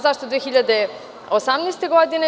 Zašto 2018. godine?